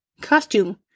costume